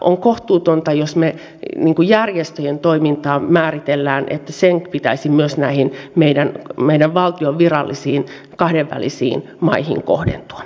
on kohtuutonta jos me järjestöjen toimintaa määrittelemme että myös sen pitäisi näihin valtion virallisiin kahdenvälisiin maihin kohdentua